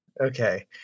Okay